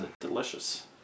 Delicious